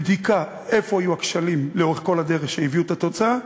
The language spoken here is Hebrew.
בדיקה איפה היו הכשלים לאורך כל הדרך שהביאו את התוצאה.